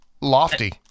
lofty